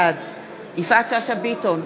בעד יפעת שאשא ביטון,